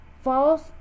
False